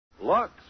Lux